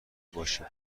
باشیم